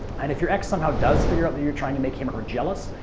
and if your ex somehow does figure out that you're trying to make him or her jealous,